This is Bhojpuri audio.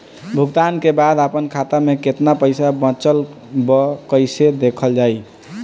भुगतान के बाद आपन खाता में केतना पैसा बचल ब कइसे देखल जाइ?